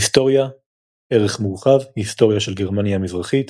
היסטוריה ערך מורחב – היסטוריה של גרמניה המזרחית